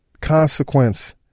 consequence